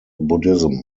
buddhism